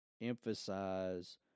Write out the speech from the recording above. emphasize